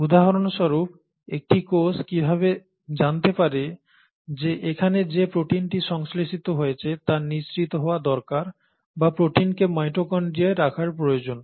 উদাহরণস্বরূপ একটি কোষ কীভাবে জানতে পারে যে এখানে যে প্রোটিনটি সংশ্লেষিত হয়েছে তা নিঃসৃত হওয়া দরকার বা প্রোটিনকে মাইটোকন্ড্রিয়ায় রাখার প্রয়োজন